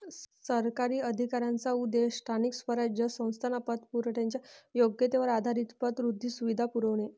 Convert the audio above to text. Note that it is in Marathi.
सरकारी अधिकाऱ्यांचा उद्देश स्थानिक स्वराज्य संस्थांना पतपुरवठ्याच्या योग्यतेवर आधारित पतवृद्धी सुविधा पुरवणे